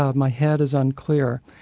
ah my head is unclear.